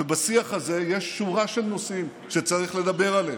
ובשיח הזה יש שורה של נושאים שצריך לדבר עליהם.